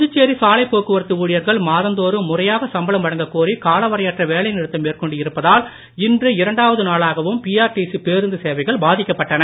புதுச்சேரி சாலைப் போக்குவரத்து ஊழியர்கள் மாதந்தோறும் முறையாக சம்பளம் வழங்கக் கோரி காலவரையற்ற வேலை நிறுத்தம் மேற்கொண்டு இருப்பதால் இன்று இரண்டாவது நாளாகவும் பிஆர்டிசி பேருந்து சேவைகள் பாதிக்கப்பட்டன